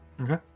Okay